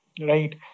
right